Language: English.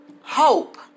Hope